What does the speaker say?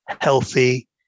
healthy